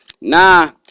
Nah